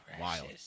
wild